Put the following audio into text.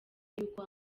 y’uko